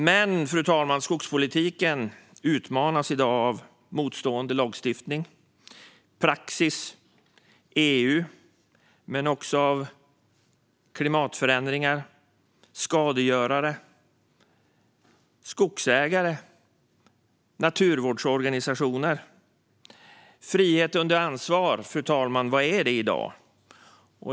Men, fru talman, skogspolitiken utmanas i dag av motsägande lagstiftning och praxis och av EU, men också av klimatförändringar, skadegörare, skogsägare och naturvårdsorganisationer. Frihet under ansvar, fru talman - vad är det i dag?